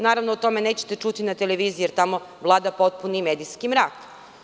Naravno, o tome nećete čuti na televiziji, jer tamo vlada potpuni medijski mrak.